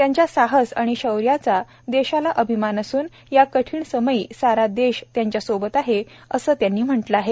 त्यांच्या साहस आणि शौर्याचा देशाला अभिमान असून या कठीण समयी सारा देश त्यांच्यासोबत आहे असंही त्यांनी म्हटलं आहे